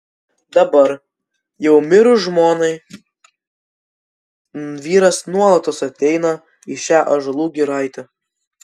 dabar jau mirus žmonai vyras nuolatos ateina į šią ąžuolų giraitę